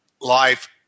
life